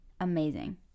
amazing